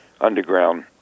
underground